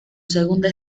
segunda